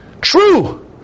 True